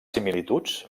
similituds